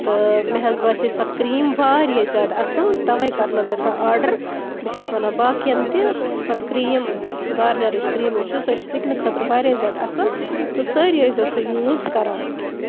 تہٕ مےٚ حظ باسے سۄ کریٖم واریاہ زیادٕ اَصٕل تَوے کَرنٲو مےٚ سۄ آرڈر بہٕ چھَس وَنان باقین تہِ سۄ کریٖم گارنِیَرٕچ کریٖم حظ چھِ سۄ چھِ سِکنہٕ خٲطرٕ واریاہ زیادٕ اَصٕل تہٕ سٲری ٲسۍ زیٚو سۄ یوٗز کران